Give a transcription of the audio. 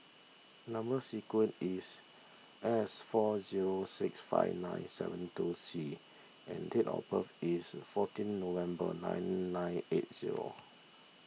Number Sequence is S four zero six five nine seven two C and date of birth is fourteen November nine nine eight zero